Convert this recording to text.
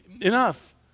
Enough